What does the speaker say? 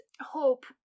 Hope